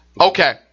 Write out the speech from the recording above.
Okay